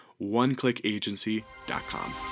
OneClickAgency.com